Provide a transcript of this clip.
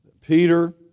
Peter